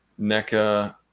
NECA